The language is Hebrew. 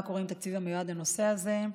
מה שקורה עם תקציב המיועד לנושא הזה,